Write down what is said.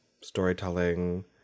storytelling